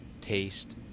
taste